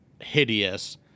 hideous